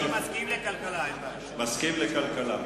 במשרדים ממשלתיים ומסירת הודעות בשידורי